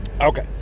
Okay